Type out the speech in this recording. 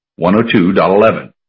102.11